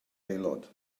aelod